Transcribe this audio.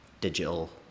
digital